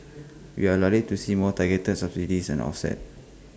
we are likely to see more targeted subsidies and offsets